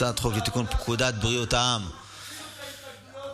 הצעת חוק לתיקון פקודת בריאות העם (מס' 41),